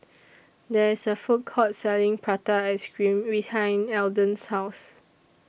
There IS A Food Court Selling Prata Ice Cream behind Elden's House